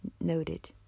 noted